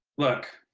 look.